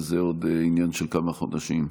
וזה עוד עניין של כמה חודשים.